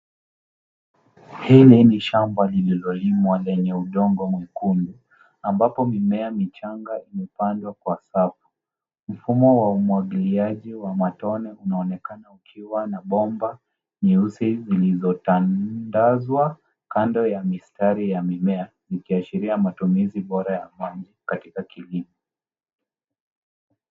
Hili ni shamba lililolimwa lenye udongo mwekundu ambapo mimea michanga imepandwa kwa safu. Mfumo wa umwagiliaji wa matone unaonekana ukiwa na bomba nyeusi zilizotandazwa kando ya mistari ya mimea ikiashiria matumizi bora ya maji katika kilimo.